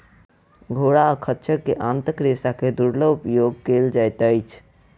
घोड़ा आ खच्चर के आंतक रेशा के दुर्लभ उपयोग कयल जाइत अछि